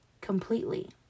completely